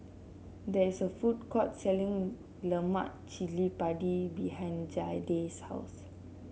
there is a food court selling Lemak Cili Padi behind Jayda's house